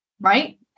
Right